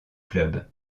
club